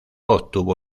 obtuvo